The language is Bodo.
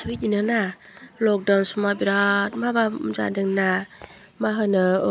बिदिनोना लकडाउन माव बिराद माबा जादोंना मा होनो